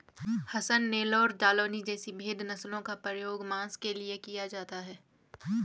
हसन, नेल्लौर, जालौनी जैसी भेद नस्लों का प्रयोग मांस के लिए किया जाता है